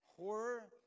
horror